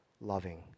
loving